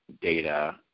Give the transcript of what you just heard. data